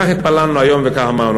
כך התפללנו היום וכך אמרנו.